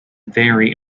very